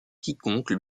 quiconque